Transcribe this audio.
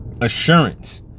assurance